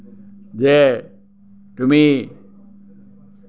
যে তুমি